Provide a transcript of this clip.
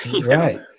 Right